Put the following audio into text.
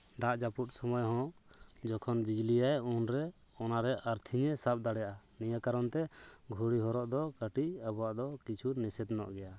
ᱫᱟᱜ ᱡᱟᱹᱯᱩᱫ ᱥᱚᱢᱚᱭ ᱦᱚᱸ ᱡᱚᱠᱷᱚᱱ ᱵᱤᱡᱽᱞᱤᱭᱟᱭ ᱩᱱᱨᱮ ᱚᱱᱟᱨᱮ ᱟᱨᱛᱷᱤᱝ ᱮ ᱥᱟᱵ ᱫᱟᱲᱮᱭᱟᱜᱼᱟ ᱱᱤᱭᱟᱹ ᱠᱟᱨᱚᱱ ᱛᱮ ᱜᱷᱩᱲᱤ ᱦᱚᱨᱚᱜ ᱫᱚ ᱠᱟᱹᱴᱤᱡ ᱟᱵᱚᱣᱟᱜ ᱫᱚ ᱠᱤᱪᱷᱩ ᱱᱤᱥᱮᱫᱷ ᱧᱚᱜ ᱜᱮᱭᱟ